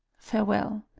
farewell